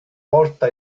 porta